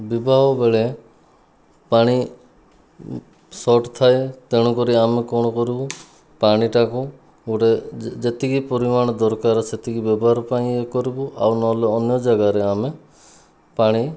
ବିବାହ ବେଳେ ପାଣି ସଟ୍ ଥାଏ ତେଣୁକରି ଆମେ କ'ଣ କରିବୁ ପାଣିଟାକୁ ଗୋଟିଏ ଯେତିକି ପରିମାଣ ଦରକାର ସେତିକି ବ୍ୟବହାର ପାଇଁ ଇଏ କରିବୁ ଆଉ ନହେଲେ ଅନ୍ୟ ଯାଗାରେ ଆମେ ପାଣି